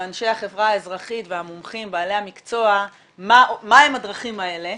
אנשי החברה האזרחית והמומחים בעלי המקצוע מהן הדרכים האלה,